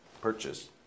Purchase